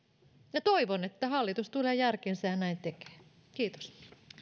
ja toivon että hallitus tulee järkiinsä ja näin tekee kiitos